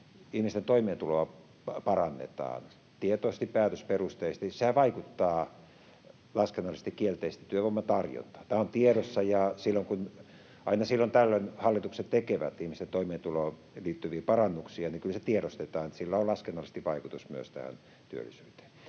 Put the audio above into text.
ihmisten toimeentuloa parannetaan tietoisesti, päätösperusteisesti, sehän vaikuttaa laskennallisesti kielteisesti työvoiman tarjontaan. Tämä on tiedossa, ja kun aina silloin tällöin hallitukset tekevät ihmisten toimeentuloon liittyviä parannuksia, niin kyllä se tiedostetaan, että sillä on laskennallisesti vaikutus myös tähän työllisyyteen.